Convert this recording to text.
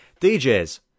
DJs